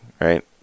right